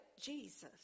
Jesus